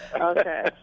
Okay